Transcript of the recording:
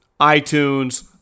iTunes